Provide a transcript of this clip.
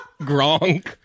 Gronk